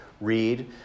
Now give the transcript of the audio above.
read